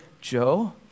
joe